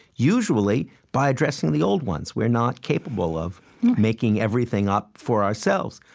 usually by addressing the old ones. we're not capable of making everything up for ourselves.